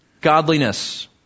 godliness